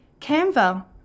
Canva